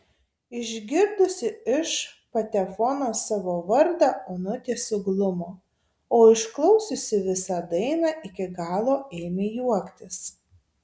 išgirdusi iš patefono savo vardą onutė suglumo o išklausiusi visą dainą iki galo ėmė juoktis